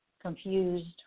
confused